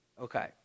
Okay